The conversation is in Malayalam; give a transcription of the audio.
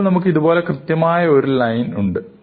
ഇപ്പോൾ നമുക്ക് ഇതുപോലെ പോലെ കൃത്യമായ ഒരു ഒരു ലൈൻ ഉണ്ട്